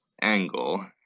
angle